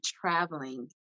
traveling